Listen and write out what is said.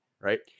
right